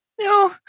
No